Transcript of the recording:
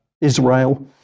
Israel